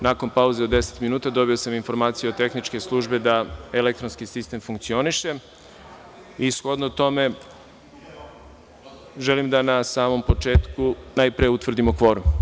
Nakon pauze od 10 minuta, dobio sam informaciju od tehničke službe da elektronski sistem funkcioniše i shodno tome, želim na samom početku da utvrdimo kvorum.